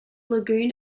lagoon